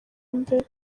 mbere